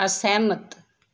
ਅਸਹਿਮਤ